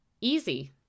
Easy